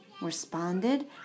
responded